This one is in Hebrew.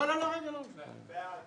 הצבעה בעד